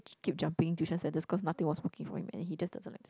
keep jumping tuition centers cause nothing was working for him and he just doesn't like